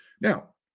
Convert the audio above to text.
Now